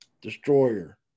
destroyer